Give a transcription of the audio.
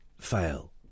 fail